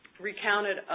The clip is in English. recounted